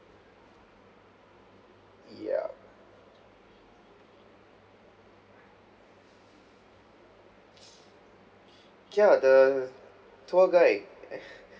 yup ya the tour guide uh